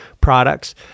products